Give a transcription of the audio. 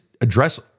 address